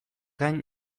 gain